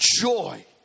joy